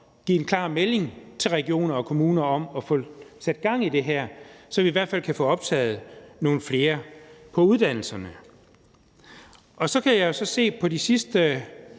give en klar melding til regioner og kommuner om at få sat gang i det her, så vi i hvert fald kan få optaget nogle flere på uddannelserne. Så kan jeg så se på de sidste